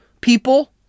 people